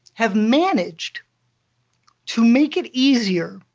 have managed to make it easier,